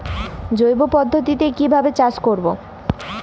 জৈব পদ্ধতিতে কিভাবে চাষ করব?